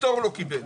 הפטור לא קיבל.